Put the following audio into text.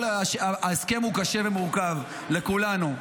ההסכם הוא קשה ומורכב לכולנו,